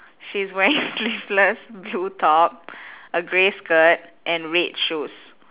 she's wearing sleeveless blue top a grey skirt and red shoes